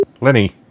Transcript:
Lenny